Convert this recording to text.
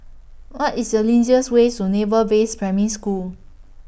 What IS The easiest Way to Naval Base Primary School